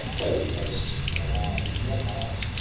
though we boast nor arm nor heart,